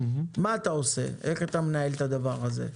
איך מנהלים דבר כזה?